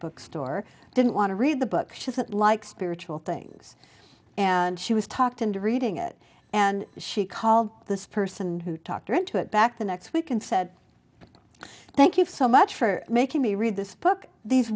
bookstore didn't want to read the book is that like spiritual things and she was talked into reading it and she called the person who talked her into it back the next week and said thank you so much for making me read this book these